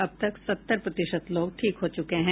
अब तक सत्तर प्रतिशत लोग ठीक हो चुके हैं